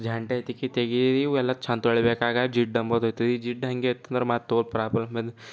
ಝಾಂಡೆ ತಿಕ್ಕಿ ತೆಗೀರಿ ಇವುಯೆಲ್ಲ ಚೆಂದ ತೊಳಿಬೇಕು ಆಗ ಜಿಡ್ಡು ಎಂಬುದು ಐತ್ರಿ ಈ ಜಿಡ್ಡು ಹಾಗೆ ಇತ್ತು ಅಂದ್ರೆ ಮತ್ತೆ ತೋಲ್ ಪ್ರಾಬ್ಲಮ್